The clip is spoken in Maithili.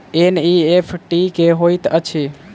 एन.ई.एफ.टी की होइत अछि?